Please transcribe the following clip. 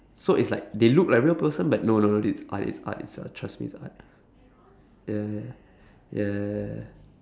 so it's like they look like real person but no no no it's art it's art it's a~ trust me it's art ya ya ya ya